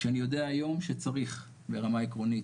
כשאני יודע היום שצריך ברמה עקרונית.